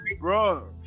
bro